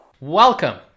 Welcome